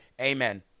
amen